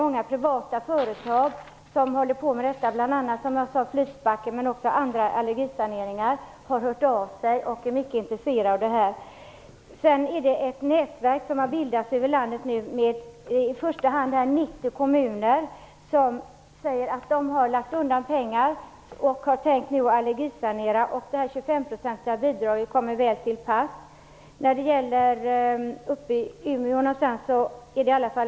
Även privata företag som håller på med sanering av flytspackel och andra allergisaneringar har hört av sig och är mycket intresserade. Det har nu bildats ett nätverk över landet med i första hand 90 kommuner som har lagt undan pengar och har tänkt allergisanera. Det 25-procentiga bidraget kommer då väl till pass.